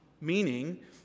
meaning